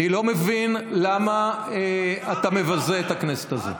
אני לא מבין למה אתה מבזה את הכנסת הזו.